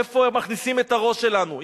איפה הם מכניסים את הראש שלנו?